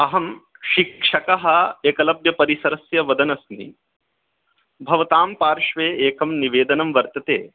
अहं शिक्षकः एकलव्यपरिसरस्य वदन् अस्मि भवतां पार्श्वे एकं निवेदनं वर्तते